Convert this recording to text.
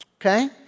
okay